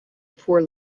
for